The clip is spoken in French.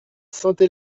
sainte